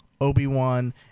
Obi-Wan